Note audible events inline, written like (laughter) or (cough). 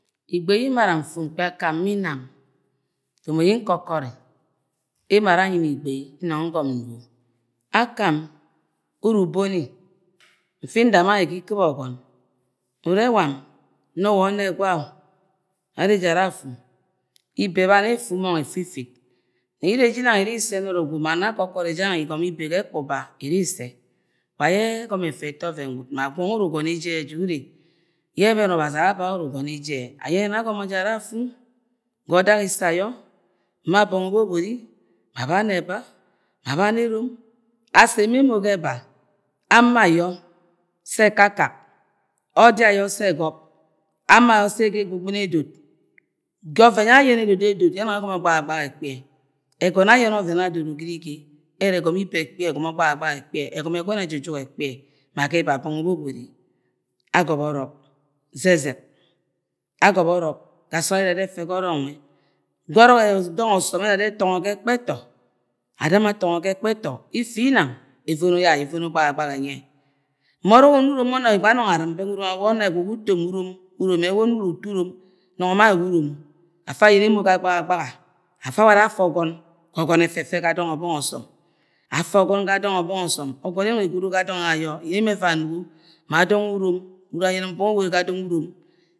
Igbe yẹ m-mara nfu mkpi akam ma inan domo yẹ nkọkori emo ara anyi ni igbe ye nungom nugo akam, uru uboni mfi nda ma ayẹ ga ekɨp ọgọn ure wam ma wa o̱nnẹgwa-oo ane jẹ ara afu ibe ẹbani efu mong efu ifit nẹ ire jinang iri sẹ nọrọ gwud ma nọ akọkọri jang nwe igomo ibe ga ẹkpo uba iri isẹ wa yẹ ẹgọmọ efa eta ọvẹn gwud ma gwọng wẹ uru ugọnọ ejẹ ja ure yẹ ẹbẹnẹ ọbazi ababẹ yẹ uru ugọnọ ejẹ ayeni agọmo jẹ ara afu ga odag isẹ ayọ ma abọngọ bebori ma bẹ aneba ma bẹ anerom asẹ ma emo ga ẹba ama ayo sẹ ẹkakak ọdi ayọ sẹ gẹ ebɨbɨno edot ga ọvẹn yẹ ayen ẹdudu edot yẹ ẹnung ẹgọmọ gbahagbaha ẹkpiẹ ẹvọmọ ibe ẹkpie ẹgọmọ gbahagbaha ẹkpie ẹgọmọ ẹgọn ẹjujuk ẹkpiẹ ma ga ẹba abọngọ bebori agọbọ ọrọk zẹzẹg agọbọ ọrọk da sọọd ayo ẹduda ẹfẹ ga ọrọk nwẹ ge ọrọk dọng ọsọm ẹduda ẹtọngo ge ekẹpto ada mọ atọngọ ga ekpẹto ifit nang evono ye ayo, evono gbahagbaha ẹnyẹ anung arɨm (unintelligible) nọng ma ayẹ wa uromo afab ayẹnẹ mọ ga gbahagbaha afa awa, awa afẹ ọgọn ga ọgọn efefe ga dọng ọbọngọ ọsọm afe ọgọn ga dong ọbọng ọsọm, ọgọn yẹ ẹnunge egro ga dong ye ayọ ye ẹmẹvọi anugo (unintelligible)